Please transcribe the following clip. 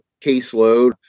caseload